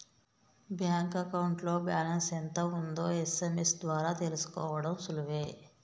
bank అకౌంట్లో balance ఎంత ఉందో ఎస్.ఎం.ఎస్ ద్వారా తెలుసుకోడం సులువే